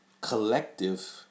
collective